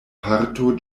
parto